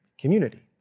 community